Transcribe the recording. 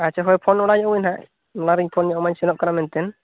ᱟᱪᱪᱷᱟ ᱦᱳᱭ ᱯᱷᱳᱱ ᱢᱟᱲᱟᱝ ᱟᱹᱢᱟᱹᱧ ᱦᱟᱸᱜ ᱞᱟᱦᱟᱨᱮᱧ ᱯᱷᱳᱱ ᱧᱚᱜ ᱟᱢᱟ ᱥᱮᱱᱚᱜ ᱠᱟᱹᱱᱟᱹᱧ ᱢᱮᱱᱛᱮ